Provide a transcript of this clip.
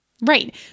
Right